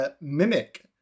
Mimic